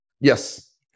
Yes